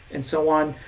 and so on.